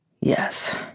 Yes